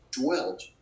dwelt